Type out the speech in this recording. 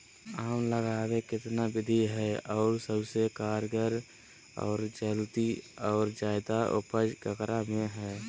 आम लगावे कितना विधि है, और सबसे कारगर और जल्दी और ज्यादा उपज ककरा में है?